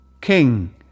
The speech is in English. King